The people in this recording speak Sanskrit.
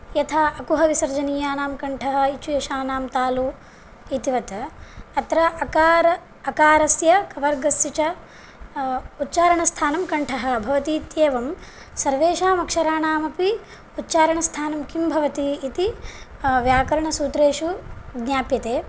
यथा अकुहविसर्जनीयानां कण्ठः इचुयशानां तालु इतिवत् अत्र अकार अकारस्य कवर्गस्य च उच्चारणस्थानं कण्ठः भवति इत्येवं सर्वेषाम् अक्षराणामपि उच्चारणस्थानं किं भवति इति व्याकरणसूत्रेषु ज्ञाप्यते